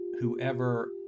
whoever